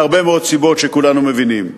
מהרבה מאוד סיבות שכולנו מבינים.